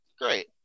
great